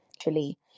truly